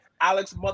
Alex